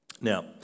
Now